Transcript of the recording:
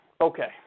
Okay